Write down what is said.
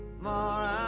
more